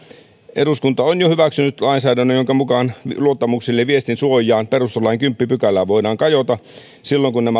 eduskunta on jo hyväksynyt lainsäädännön jonka mukaan luottamuksellisen viestin suojaan perustuslain kymmenenteen pykälään voidaan kajota silloin kun